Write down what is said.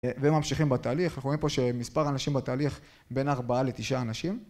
וממשיכים בתהליך, אנחנו רואים פה שמספר אנשים בתהליך בין ארבעה לתשעה אנשים